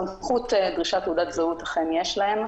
סמכות לדרוש תעודת זהות אכן יש להם,